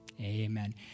Amen